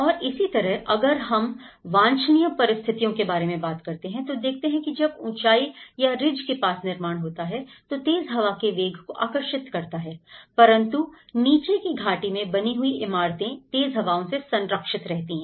और इसी तरह अगर हम वांछनीय परिस्थितियों के बारे में बात करते हैं तो देखते हैं कि जब ऊंचाई या रिज के पास निर्माण होता है तो तेज हवा के वेग को आकर्षित करता है परंतु नीचे की घाटी में बनी हुई इमारतें तेज हवाओं से संरक्षित रहती हैं